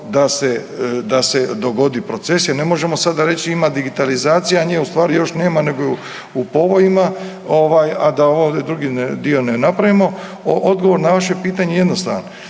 da se dogodi proces jer ne možemo sada reći ima digitalizacija, a nje u stvari još nema nego je u povojima ovaj, a da ovaj drugi dio ne napravimo. Odgovor na vaše pitanje je jednostavan,